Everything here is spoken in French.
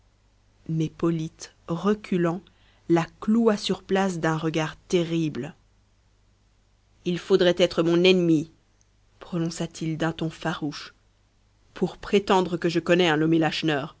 mais polyte reculant la cloua sur place d'un regard terrible il faudrait être mon ennemi prononça-t-il d'un ton farouche pour prétendre que je connais un nommé